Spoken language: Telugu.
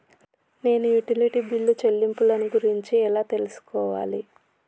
నేను యుటిలిటీ బిల్లు చెల్లింపులను గురించి ఎలా తెలుసుకోవాలి?